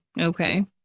Okay